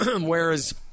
Whereas